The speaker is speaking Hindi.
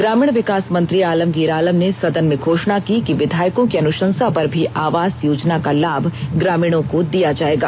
ग्रामीण विकास मंत्री आलमगीर आलम ने सदन में घोषणा की कि विधायकों की अनुशंसा पर भी आवास योजना का लाभ ग्रामीणों को दिया जाएगा